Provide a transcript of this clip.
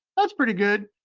that's pretty good.